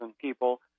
people